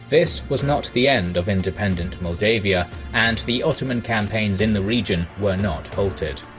this was not the end of independent moldavia and the ottoman campaigns in the region were not halted.